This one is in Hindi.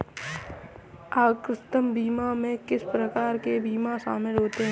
आकस्मिक बीमा में किस प्रकार के बीमा शामिल होते हैं?